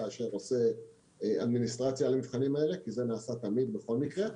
אשר עושה אדמיניסטרציה למבחנים האלה - כי זה נעשה תמיד בכל מקרה.